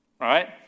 Right